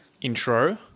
intro